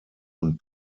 und